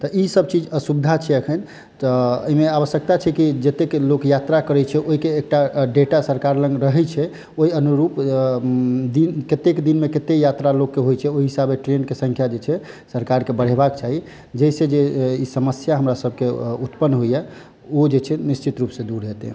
तऽ ईसभ चीज असुविधा छै अखन तऽ एहिमे आवश्यकता छै कि जेतेय लोक यात्रा करैत छै ओहिके एकटा डाटा सरकार लगमे रहैय छै ओहि अनुरूप जे कतेक दिनमे कते यात्रा लोकक होइ छै ओहि हिसाबे ट्रैन क संख्या जे छै सरकारके बढ़ेबाक चाहि जाहिसँ जे ई समस्या हमरासभक उत्पन्न होयैया ओ जे छै से निश्चित रूपसँ दूर हेतै